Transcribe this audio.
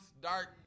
dark